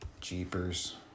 jeepers